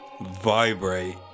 vibrate